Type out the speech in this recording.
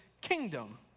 kingdom